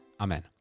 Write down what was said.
amen